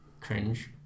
cringe